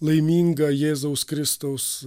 laiminga jėzaus kristaus